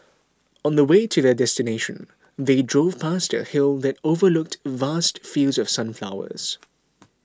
on the way to their destination they drove past a hill that overlooked vast fields of sunflowers